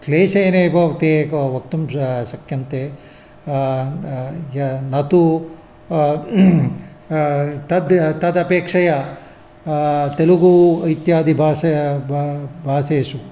क्लेशेनैव ते एकं वक्तुं शक्यन्ते यत्तु तद् तदपेक्षया तेलुगू इत्यादि भाषा भा भाषासु